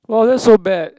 wow that's so bad